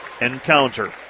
encounter